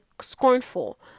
scornful